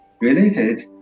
related